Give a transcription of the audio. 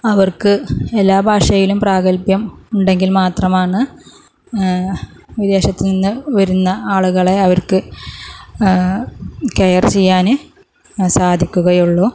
അവർക്ക് എല്ലാ ഭാഷയിലും പ്രാഗൽഭ്യം ഉണ്ടെങ്കിൽ മാത്രമാണ് വിദേശത്തു നിന്ന് വരുന്ന ആളുകളെ അവർക്ക് കെയർ ചെയ്യാന് സാധിക്കുകയുള്ളൂ